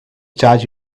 charge